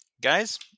guys